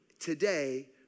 today